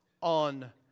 on